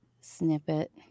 snippet